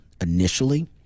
Initially